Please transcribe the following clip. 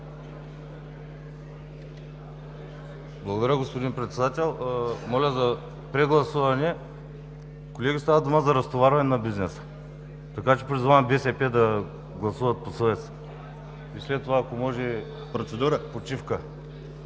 Благодаря, господин Председател. Моля за прегласуване. Колеги, става дума за разтоварване на бизнеса! Така че призовавам БСП да гласуват по съвест. След това, ако може – почивка.